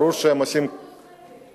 ברור שהם עושים, יש תוספת,